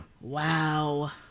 Wow